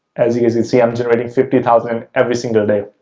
as you guys can see, i'm generating fifty thousand every single day.